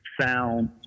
sound